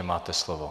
Máte slovo.